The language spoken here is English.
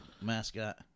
mascot